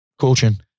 coaching